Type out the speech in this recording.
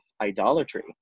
idolatry